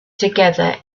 together